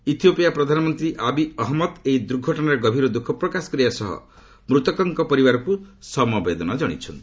Ethiopia ପ୍ରଧାନମନ୍ତ୍ରୀ Abiy Ahmed ଏହି ଘଟଣାରେ ଗଭୀର ଦ୍ୟୁଖ ପ୍ରକାଶ କରିବା ସହ ମୃତକଙ୍କ ପରିବାରକୁ ସମବେଦନା ଜଣାଇଛନ୍ତି